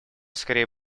скорее